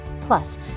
Plus